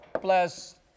plus